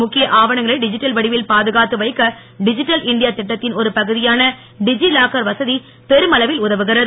முக்கிய ஆவணங்களை டிஜிட்டல் வடிவில் பாதுகாத்து வைக்க டிஜிட்டல் இண்டியா திட்டத்தின் ஒரு பகுதியான டிதி லாக்கர் வசதி பெருமளவில் உதவுகிறது